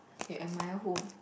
you admire who